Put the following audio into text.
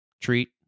treat